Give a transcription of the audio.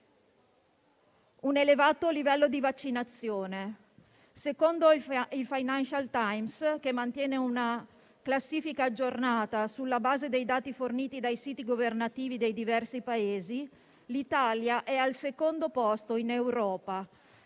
un elevato livello di vaccinazione; secondo il «Financial Times», che mantiene una classifica aggiornata sulla base dei dati forniti dai siti governativi dei diversi Paesi, l'Italia è al secondo posto in Europa,